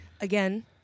Again